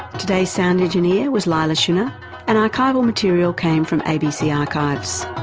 today's sound engineer was leila schunnar and archival material came from abc archives.